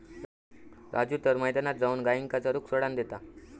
राजू तर मैदानात जाऊन गायींका चरूक सोडान देता